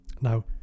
Now